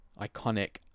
iconic